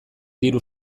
diru